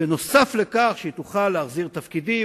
שנוסף על כך שהיא תוכל להחזיר תפקידים,